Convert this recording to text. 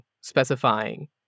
specifying